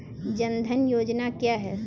जनधन योजना क्या है?